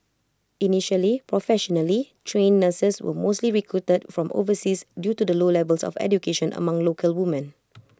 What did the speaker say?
initially professionally trained nurses were mostly recruited from overseas due to the low levels of education among local woman